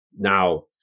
now